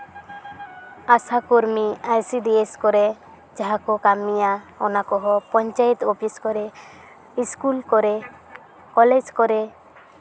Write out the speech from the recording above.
ᱟᱥᱟ ᱠᱚᱨᱢᱤ I C D S ᱠᱚᱨᱮ ᱡᱟᱦᱟᱸ ᱠᱚ ᱠᱟᱹᱢᱤᱭᱟ ᱚᱱᱟ ᱠᱚᱦᱚᱸ ᱯᱚᱧᱪᱟᱭᱮᱛ ᱚᱯᱷᱤᱥ ᱠᱚᱨᱮ ᱤᱥᱠᱩᱞ ᱠᱚᱨᱮ ᱠᱚᱞᱮᱡᱽ ᱠᱚᱨᱮ